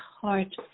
heart